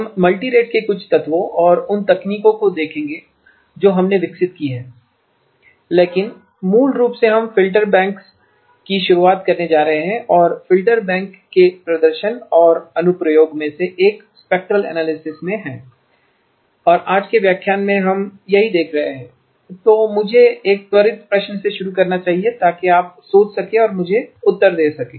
हम मल्टीरेट के कुछ तत्वों और उन तकनीकों को देखेंगे जो हमने विकसित की हैं लेकिन मूल रूप से हम फ़िल्टर बैंकों की शुरुआत करने जा रहे हैं और फिल्टर बैंक के प्रदर्शन या अनुप्रयोग में से एक स्पेक्ट्रल एनालिसिस में है और आज के व्याख्यान में हम यही देख रहे हैं तो मुझे एक त्वरित प्रश्न से शुरू करना चाहिए ताकि आप सोच सकें और मुझे उत्तर दे सकें